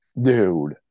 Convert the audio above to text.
dude